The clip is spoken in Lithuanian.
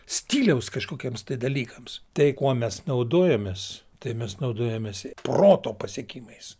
stiliaus kažkokiems dalykams tai kuo mes naudojamės tai mes naudojamės proto pasiekimais